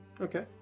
Okay